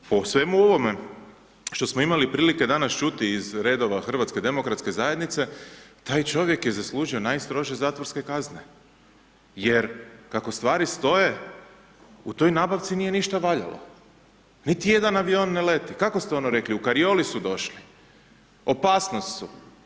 Po svemu ovome što smo imali prilike danas čuti iz redova HDZ-a, taj čovjek je zaslužio najstrože zatvorske kazne, jer kako stvari stoje, u toj nabavci nije ništa valjao, niti jedan avion ne lete, kako ste ono rekli, u karijoli su došli, u opasnosti su.